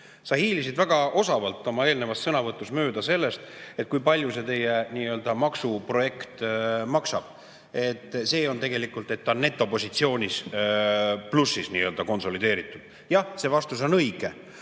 Sa hiilisid väga osavalt oma eelnevas sõnavõtus mööda sellest, kui palju see teie nii-öelda maksuprojekt maksab. See on tegelikult netopositsiooni plussis konsolideeritud – jah, see vastus on õige.